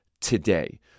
today